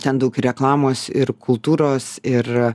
ten daug reklamos ir kultūros ir